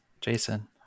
Jason